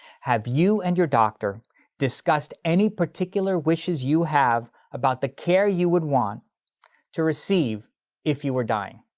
have you and your doctor discussed any particular wishes you have about the care you would want to receive if you were dying?